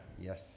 Yes